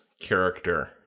character